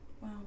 Wow